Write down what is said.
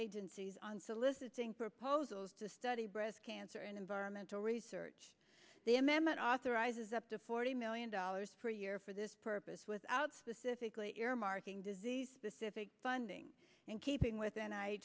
agencies on soliciting proposals to study breast cancer and environmental research the amendment authorizes up to forty million dollars per year for this purpose without specifically earmarking disease specific funding and keeping within